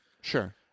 Sure